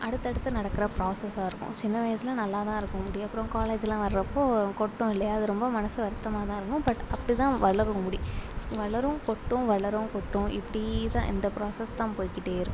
அடுத்தடுத்து நடக்கிற ப்ராசஸ்ஸாக இருக்கும் சின்ன வயசில் நல்லாதான் இருக்கும் முடி அப்புறம் காலேஜெலாம் வரப்போது கொட்டும் இல்லையா அது ரொம்ப மனசு வருத்தமாகதான் இருக்கும் பட் அப்படிதான் வளரும் முடி வளரும் கொட்டும் வளரும் கொட்டும் இப்டிதான் இந்த ப்ராசஸ் தான் போய்கிட்டே இருக்கும்